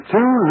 Two